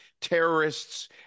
terrorists